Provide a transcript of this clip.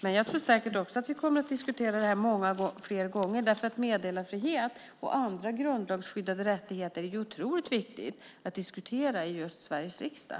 Men vi kommer säkert att diskutera detta många fler gånger därför att meddelarfrihet och andra grundlagsskyddade rättigheter är otroligt viktiga att diskutera i just Sveriges riksdag.